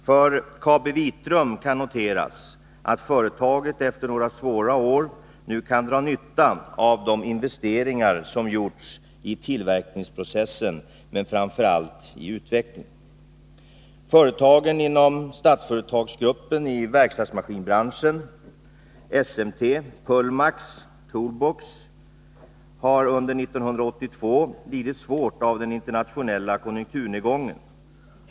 För KabiVitrum kan noteras att företaget efter några svåra år nu kan dra nytta av de investeringar som gjorts i tillverkningsprocessen men framför allt när det gäller utveckling. Företagen inom Statsföretagsgruppen i verktygsmaskinbranschen, SMT, Pullmax och Toolbox har under 1982 lidit svårt av den internationella konjunkturnedgången.